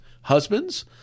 Husbands